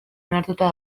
onartuta